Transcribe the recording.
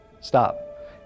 stop